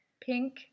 Pink